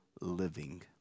living